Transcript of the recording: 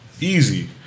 Easy